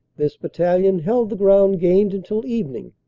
this bat talion held the ground gained until evening,